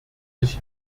ich